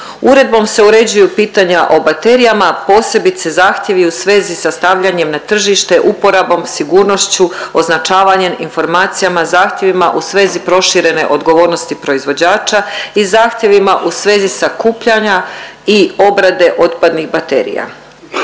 Uredbom se uređuju pitanja o baterijama, posebice zahtjevi u svezi sa stavljanjem na tržište, uporabom, sigurnošću, označavanjem, informacijama, zahtjevima i svezi proširene odgovornosti proizvođača i zahtjevima u svezi sakupljanja i obrade otpadnih baterija.